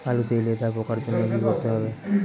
আলুতে লেদা পোকার জন্য কি করতে হবে?